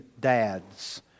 dads